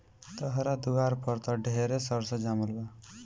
तहरा दुआर पर त ढेरे सरसो जामल बा